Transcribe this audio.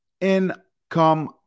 income